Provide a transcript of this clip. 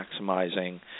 maximizing